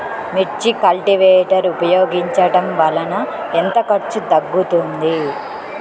మిర్చి కల్టీవేటర్ ఉపయోగించటం వలన ఎంత ఖర్చు తగ్గుతుంది?